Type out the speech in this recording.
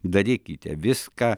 darykite viską